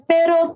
Pero